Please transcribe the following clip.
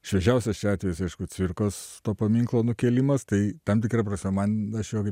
šviežiausias čia atvejis aišku cvirkos paminklo nukėlimas tai tam tikra prasme man aš jau